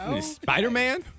Spider-Man